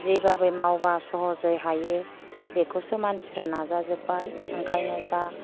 जेबाबै मावबा सहसै हायो बेखौसो मानसिफ्रा नाजाजोबबाय ओंखायनो दा